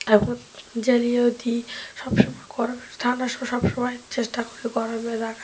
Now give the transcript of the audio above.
এখন জ্বালিয়েও দিই সব সময় গরমের ঠান্ডাও সব সময় চেষ্টা করি গরমে রাখার